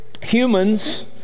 humans